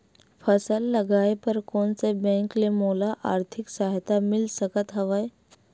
फसल लगाये बर कोन से बैंक ले मोला आर्थिक सहायता मिल सकत हवय?